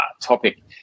topic